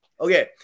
Okay